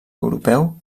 europeu